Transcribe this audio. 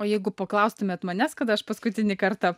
o jeigu paklaustumėt manęs kada aš paskutinį kartą